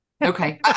Okay